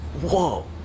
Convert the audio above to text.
Whoa